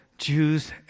Jews